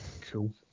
cool